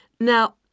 Now